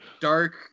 dark